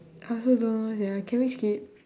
I also don't know sia can we skip